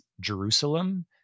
Jerusalem